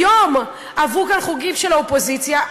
היום עברו כאן חוקים של האופוזיציה.